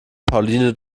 pauline